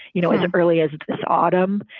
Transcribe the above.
you know, as early as this autumn,